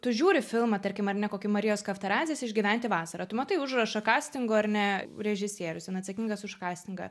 tu žiūri filmą tarkim ar ne kokį marijos kaftarazės išgyventi vasarą tu matai užrašą kastingo ar ne režisierius ten atsakingas už kastingą